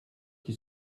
qui